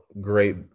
great